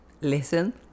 Listen